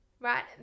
right